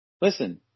Listen